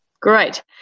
Great